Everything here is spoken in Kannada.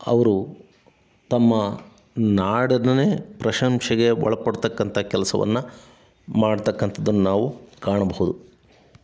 ಅವರು ತಮ್ಮ ನಾಡನ್ನೇ ಪ್ರಶಂಸೆಗೆ ಒಳಪಡ್ತಕ್ಕಂಥ ಕೆಲ್ಸವನ್ನು ಮಾಡ್ತಕ್ಕಂಥದ್ದನ್ನು ನಾವು ಕಾಣಬಹ್ದು